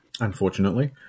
unfortunately